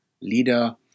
leader